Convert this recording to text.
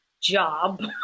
job